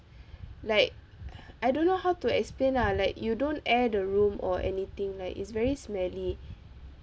like I don't know how to explain lah like you don't air the room or anything like it's very smelly